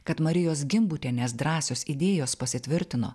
kad marijos gimbutienės drąsios idėjos pasitvirtino